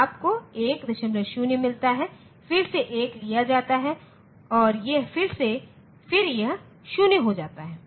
तो आपको 10 मिलता है फिर से 1 लिया जाता है और फिर यह 0 हो जाता है